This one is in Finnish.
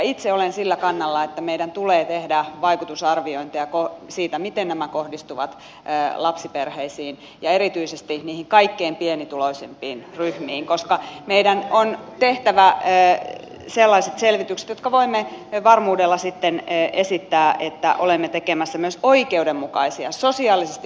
itse olen sillä kannalla että meidän tulee tehdä vaikutusarviointeja siitä miten nämä kohdistuvat lapsiperheisiin ja erityisesti niihin kaikkein pienituloisimpiin ryhmiin koska meidän on tehtävä sellaiset selvitykset että voimme varmuudella sitten esittää että olemme tekemässä myös oikeudenmukaisia sosiaalisesti oikeudenmukaisia ratkaisuja